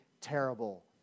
terrible